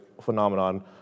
phenomenon